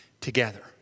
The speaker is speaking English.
together